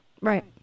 Right